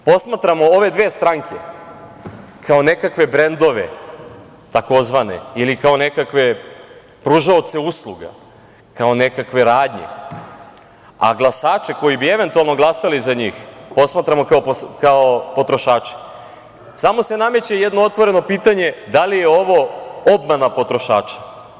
Ukoliko posmatramo ove dve stranke kao nekakve brendove takozvane ili kao nekakve pružaoce usluga, kao nekakve radnje, a glasače koji bi eventualno glasali za njih posmatramo kao potrošače, samo se nameće jedno otvoreno pitanje – da li je ovo obmana potrošača?